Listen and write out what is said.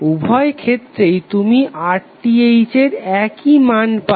উভয় ক্ষেত্রেই তুমি RTh এর একই মান পাবে